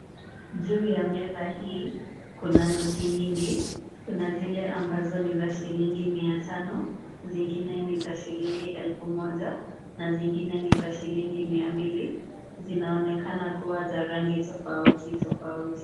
Juu ya meza hii, kuna noti nyingi na zile ambazo ni za shilingi 500, zingine ni za shilingi 1000, na zingine ni za shilingi 200, zinaonekana kuwa za rangi tofauti tofauti.